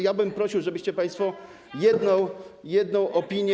Ja bym prosił, żebyście państwo jedną opinię.